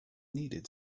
needed